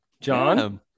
John